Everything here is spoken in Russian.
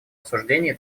осуждении